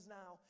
now